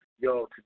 Yo